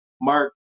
Mark